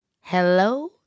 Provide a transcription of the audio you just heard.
Hello